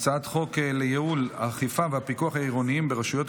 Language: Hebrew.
צו הכללת אמצעי זיהוי ביומטריים ונתוני זיהוי ביומטריים